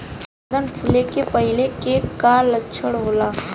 गर्दन फुले के पहिले के का लक्षण होला?